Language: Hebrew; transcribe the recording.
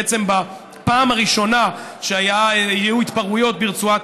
בעצם בפעם הראשונה שהיו התפרעויות ברצועת